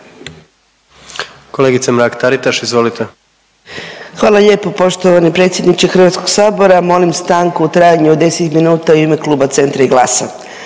izvolite. **Mrak-Taritaš, Anka (GLAS)** Hvala lijepo poštovani predsjedniče Hrvatskog sabora. Molim stanku u trajanju od 10 minuta u ime kluba CENTRA i GLAS-a.